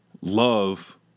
Love